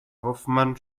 hoffmann